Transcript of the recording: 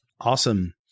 Awesome